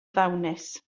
ddawnus